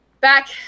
back